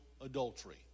adultery